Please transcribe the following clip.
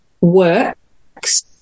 works